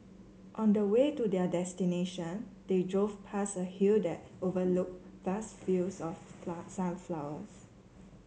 on the way to their destination they drove past a hill that overlooked vast fields of sunflowers